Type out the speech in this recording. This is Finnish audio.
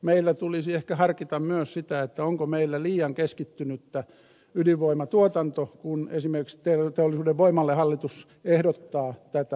meillä tulisi ehkä harkita myös sitä onko meillä liian keskittynyttä ydinvoimatuotanto kun esimerkiksi teollisuuden voimalle hallitus ehdottaa tätä lupaa